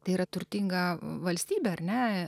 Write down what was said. tai yra turtinga valstybė ar ne